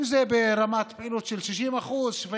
אם זה ברמת פעילות של 60%, 70%,